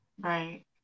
Right